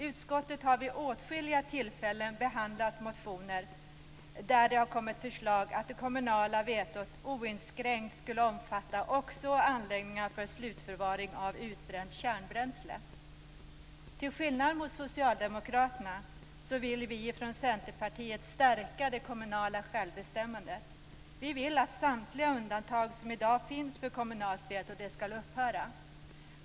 Utskottet har vid åtskilliga tillfällen behandlat motioner med förslag om att det kommunala vetot oinskränkt skulle omfatta också anläggningar för slutförvaring av utbränt kärnbränsle. Till skillnad från Socialdemokraterna vill vi från Centerpartiet stärka det kommunala självbestämmandet. Vi vill att samtliga undantag som i dag finns för kommunalt veto skall upphöra.